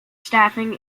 staffing